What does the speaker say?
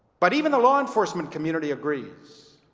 but even the law enforcement community agrees